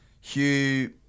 Hugh